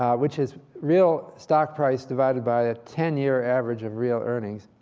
um which is real stock price divided by a ten year average of real earnings.